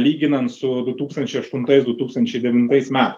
lyginant su du tūkstančiai aštuntais du tūkstančiai devintais metais